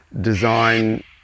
design